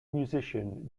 musician